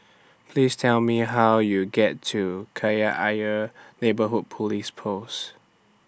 Please Tell Me How YOU get to Kreta Ayer Neighbourhood Police Post